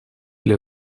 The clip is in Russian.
для